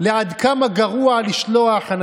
את לא נותנת לעובדות לבלבל אותך.